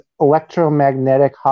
electromagnetic